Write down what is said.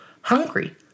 hungry